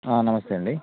నమస్తే అండి